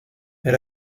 est